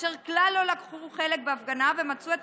אשר כלל לא לקחו חלק בהפגנה ומצאו את